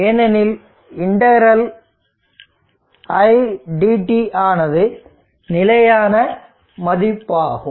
ஏனெனில் ∫Idt ஆனது நிலையான மதிப்பாகும்